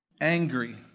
angry